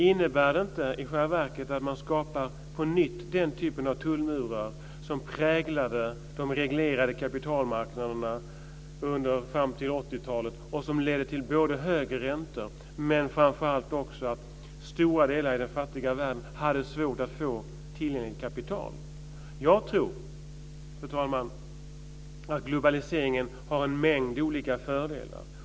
Innebär det inte i själva verket att man på nytt skapar den typen av tullmurar som präglade de reglerade kapitalmarknaderna fram till 80-talet och som ledde till både högre räntor men framför allt att stora delar i den fattiga världen hade svårt att få tillgängligt kapital? Jag tror, fru talman, att globaliseringen har en mängd olika fördelar.